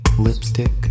Lipstick